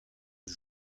eus